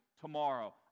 tomorrow